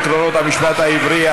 עקרונות המשפט העברי),